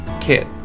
Kit